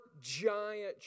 giant